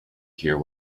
hear